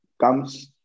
comes